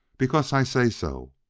because i say so.